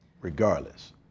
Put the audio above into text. regardless